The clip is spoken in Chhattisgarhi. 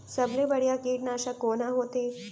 सबले बढ़िया कीटनाशक कोन ह होथे?